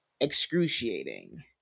excruciating